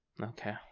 Okay